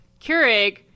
Keurig